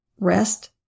rest